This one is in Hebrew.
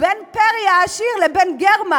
הוא בין פרי העשיר לבין גרמן,